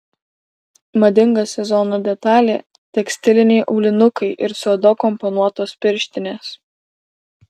madinga sezono detalė tekstiliniai aulinukai ir su oda komponuotos pirštinės